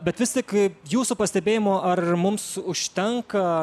bet vis tik jūsų pastebėjimu ar mums užtenka